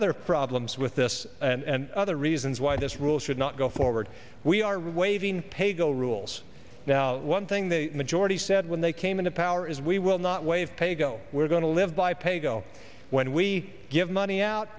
other problems with this and other reasons why this rule should not go forward we are waiving paygo rules now one thing the majority said when they came into power is we will not waive paygo we're going to live by pay go when we give money out